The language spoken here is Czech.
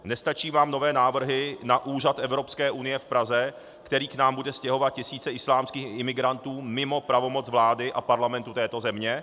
Nestačí vám nové návrhy na úřad Evropské unie v Praze, který k nám bude stěhovat tisíce islámských imigrantů mimo pravomoc vlády a Parlamentu této země?